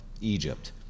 Egypt